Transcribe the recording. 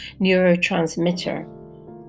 neurotransmitter